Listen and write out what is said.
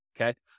okay